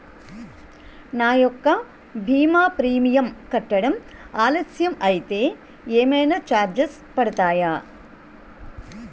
నా యెక్క భీమా ప్రీమియం కట్టడం ఆలస్యం అయితే ఏమైనా చార్జెస్ పడతాయా?